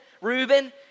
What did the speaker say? Reuben